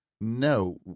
no